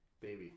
baby